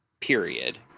period